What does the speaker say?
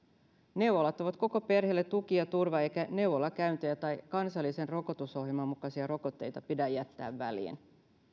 neuvolat ovat koko perheelle tuki ja turva eikä neuvolakäyntejä tai kansallisen rokotusohjelman mukaisia rokotteita pidä jättää väliin